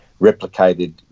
replicated